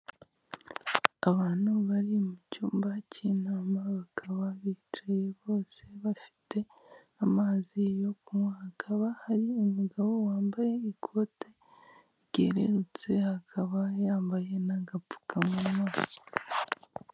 Abantu bari mu cyumba cy'inama bakaba bicaye bose bafite amazi yo kunywa, hakaba hari umugabo wambaye ikote ryererutse akaba yambaye n'agapfukamunwa.